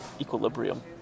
equilibrium